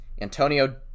Antonio